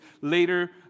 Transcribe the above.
later